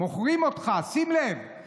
מוכרים אותך, שים לב.